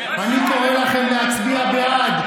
אני קורא לכם להצביע בעד,